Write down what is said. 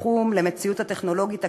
בתחום למציאות הטכנולוגית הקיימת,